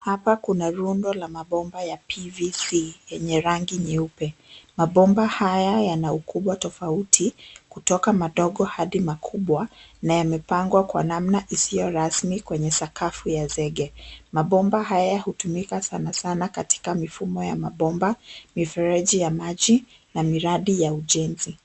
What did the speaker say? Hapa kuna rundo la mabomba ya PVC yenye rangi nyeupe. Mabomba haya yana ukubwa tofauti kutoka madogo hadi makubwa na yamepangwa kwa namna isiyo rasmi kwenye sakafu ya zege. Mabomba haya hutumika sanasana katika mifumo ya mabomba, mifereji ya maji na miradi ya ujenzi.